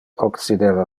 occideva